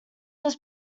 was